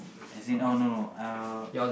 as in oh no no uh